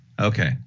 Okay